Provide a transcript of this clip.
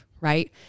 right